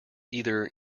either